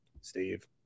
Steve